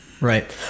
right